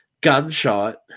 Gunshot